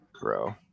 Bro